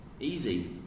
easy